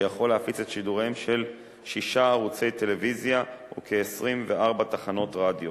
שיכול להפיץ את שידוריהם של שישה ערוצי טלוויזיה וכ-24 תחנות רדיו,